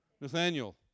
Nathaniel